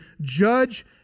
judge